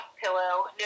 pillow